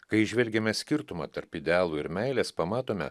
kai įžvelgiame skirtumą tarp idealų ir meilės pamatome